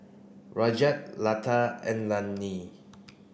Rajat Lata and Anil